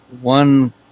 One